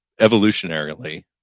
evolutionarily